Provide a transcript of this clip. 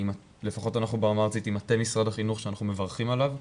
לפחות אנחנו ברמה הארצית עם מטה משרד החינוך שאנחנו מברכים עליו,